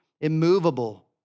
immovable